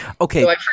Okay